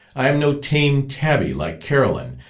i am no tame tabby, like carolyn,